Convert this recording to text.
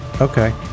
Okay